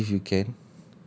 ya as if you can